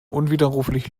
unwiderruflich